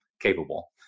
capable